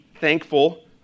Thankful